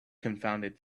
confounded